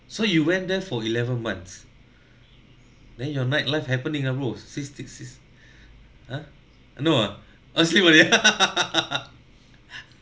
so you went there for eleven months then your nightlife happening lah bro since th~ si~ ah no ah oh sleep only